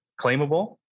claimable